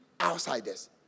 outsiders